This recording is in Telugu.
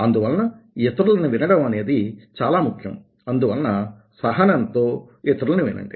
అందువలన ఇతరులని వినడం అనేది చాలా ముఖ్యం అందువలన సహనంతో ఇతరులని వినండి